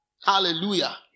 Hallelujah